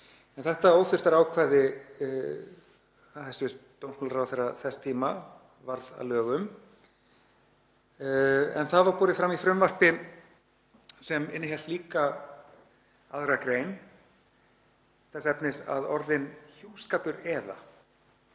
hæstv. dómsmálaráðherra þess tíma varð að lögum en það var borið fram í frumvarpi sem innihélt líka aðra grein þess efnis að orðin „hjúskapur eða“